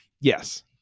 Yes